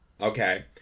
Okay